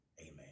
Amen